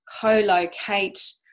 co-locate